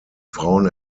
frauen